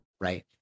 right